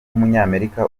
w’umunyamerika